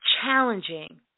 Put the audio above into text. challenging